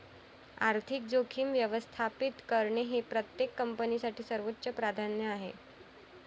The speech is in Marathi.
आर्थिक जोखीम व्यवस्थापित करणे हे प्रत्येक कंपनीसाठी सर्वोच्च प्राधान्य आहे